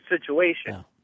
situation